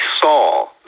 saw